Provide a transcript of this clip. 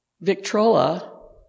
Victrola